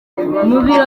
bilometero